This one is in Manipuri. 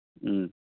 ꯎꯝ